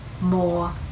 more